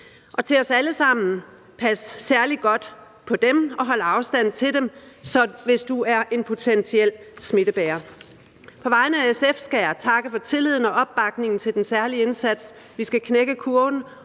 Til os alle sammen: Pas særlig godt på dem, hold afstand til dem, hvis du er en potentiel smittebærer. På vegne af SF skal jeg takke for tilliden og opbakningen til den særlige indsats. Vi skal knække kurven,